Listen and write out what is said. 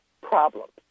problems